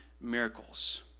miracles